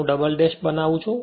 હું double dash બનાવું છું